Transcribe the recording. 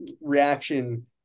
reaction